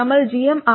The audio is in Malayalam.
നമ്മൾ gmRL1